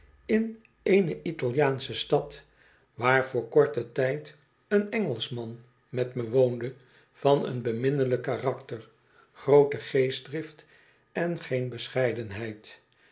in eene italiaansche stad waar voor korten tijd een engelschman met me woonde van een beminnelijk karakter groote geestdrift en geen bescheidenheid